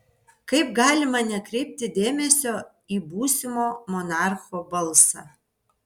kaip galima nekreipti dėmesio į būsimo monarcho balsą